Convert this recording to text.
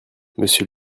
monsieur